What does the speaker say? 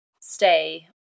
stay